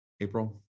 April